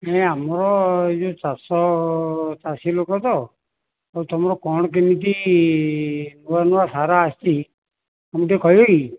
ନାଇଁ ନାଇଁ ଆମର ଏ ଯୋଉ ଚାଷ ଚାଷୀ ଲୋକ ତ ତମର କ'ଣ କେମିତି ନୂଆ ନୂଆ ସାର ଆସିଛି ଆମକୁ ଟିକିଏ କହିବେ କି